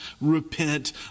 repent